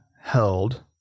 held